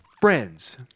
friends